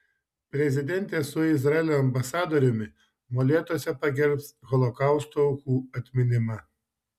prezidentė su izraelio ambasadoriumi molėtuose pagerbs holokausto aukų atminimą